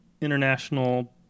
International